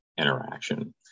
interaction